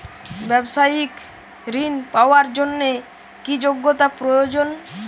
ব্যবসায়িক ঋণ পাওয়ার জন্যে কি যোগ্যতা প্রয়োজন?